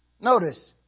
Notice